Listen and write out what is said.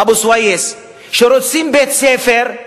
אבו-סויס, שרוצים בית-ספר,